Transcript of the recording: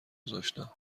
گذاشتم